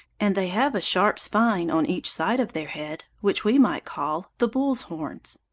and they have a sharp spine on each side of their head, which we might call the bull's horns.